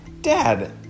Dad